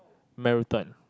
marathon